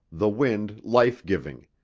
the wind life-giving,